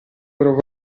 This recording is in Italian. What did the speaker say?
provò